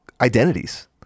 identities